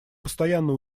постоянно